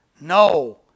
No